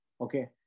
Okay